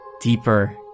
deeper